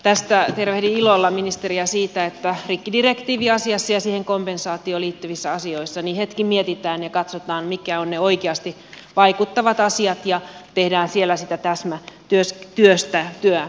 tästä tervehdin ilolla ministeriä siitä että rikkidirektiiviasiassa ja siihen kompensaatioon liittyvissä asioissa hetki mietitään ja katsotaan mitkä ovat ne oikeasti vaikuttavat asiat ja tehdään siellä sitä täsmätyötä